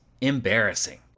Embarrassing